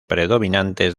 predominantes